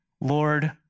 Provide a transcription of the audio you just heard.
Lord